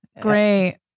Great